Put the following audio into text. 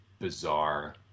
bizarre